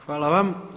Hvala vam.